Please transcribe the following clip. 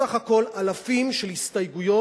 בסך הכול אלפים של הסתייגויות.